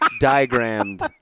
diagrammed